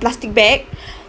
plastic bag